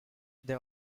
they